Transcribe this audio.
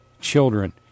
children